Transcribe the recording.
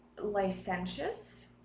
licentious